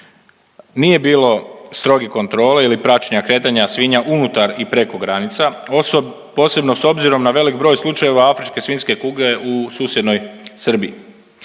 Nije bilo stroge kontrole ili praćenja kretanja svinja unutar i preko granica posebno s obzirom na velik broj slučajeva afričke svinjske kuge u susjednoj Srbiji.